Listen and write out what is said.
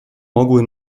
mogły